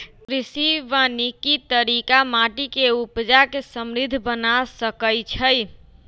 कृषि वानिकी तरिका माटि के उपजा के समृद्ध बना सकइछइ